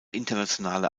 internationale